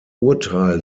urteil